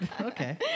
Okay